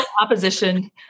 opposition